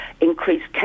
increased